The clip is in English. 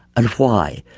and why.